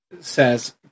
says